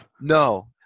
No